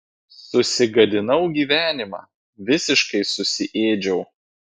susigadinau gyvenimą visiškai susiėdžiau